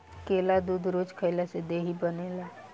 केला दूध रोज खइला से देहि बनेला